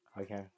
Okay